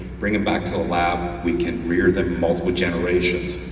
bring them back to the lab, we can rear them multiple generations.